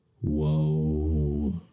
Whoa